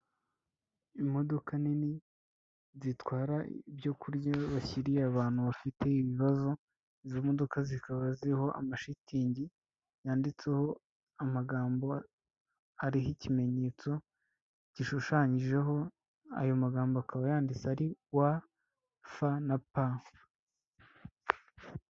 Imodoka nini zitwara ibyo kurya bashyiriye abantu bafite ibibazo, izo modoka zikaba ziriho amashitingi yanditseho amagambo ariho ikimenyetso gishushanyijeho, ayo magambo akaba yanditse ari, wa, fa, na pa.